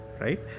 right